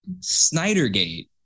Snydergate